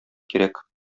кирәк